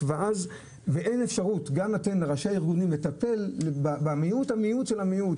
ואין אפשרות לראשי הארגונים לטפל במיעוט של המיעוט,